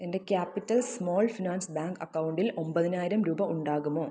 എൻ്റെ capital small finance bank അക്കൗണ്ടിൽ ഒമ്പതിനായിരം രൂപ ഉണ്ടാകുമോ